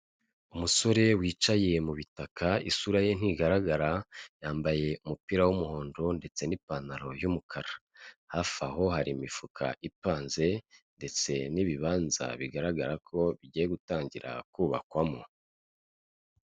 Umusore wicaye mu bitaka isura ye ntigaragara, yambaye umupira w'umuhondo ndetse n'ipantaro y'umukara, hafi aho hari imifuka ipanze ndetse n'ibibanza bigaragara ko bigiye gutangira kubakwamo.